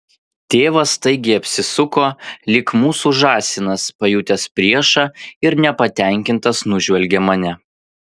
tėvas staigiai apsisuko lyg mūsų žąsinas pajutęs priešą ir nepatenkintas nužvelgė mane